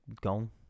gone